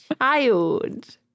Child